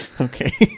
Okay